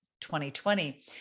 2020